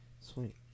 Sweet